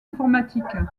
informatiques